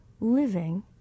living